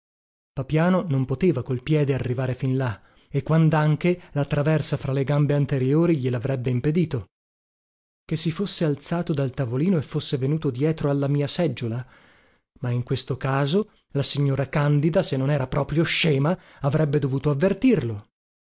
papiano non poteva col piede arrivare fin là e quandanche la traversa fra le gambe anteriori glielavrebbe impedito che si fosse alzato dal tavolino e fosse venuto dietro alla mia seggiola ma in questo caso la signora candida se non era proprio scema avrebbe dovuto avvertirlo